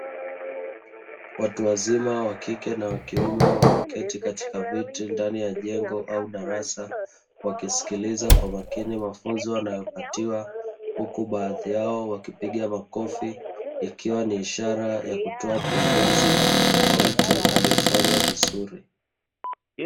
Watu wazima wakike na wakiume wameketi katika viti ndani ya jengo au darasa wakisikiliza kwa makini mafunzo wanayopatiwa, huku baadhi yao wakipiga makofi ikiwa ni ishara ya kutoa pongezi kwa mtu aliyefanya vizuri.